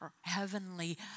heavenly